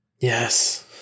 Yes